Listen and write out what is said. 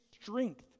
strength